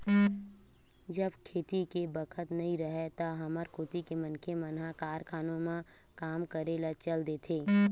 जब खेती के बखत नइ राहय त हमर कोती के मनखे मन ह कारखानों म काम करे ल चल देथे